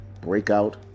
breakout